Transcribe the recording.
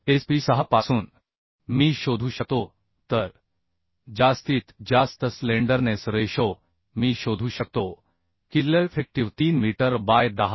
SP6 पासून मी शोधू शकतो तर जास्तीत जास्त स्लेंडरनेस रेशो मी शोधू शकतो की Lइफेक्टिव्ह 3 मीटर बाय 10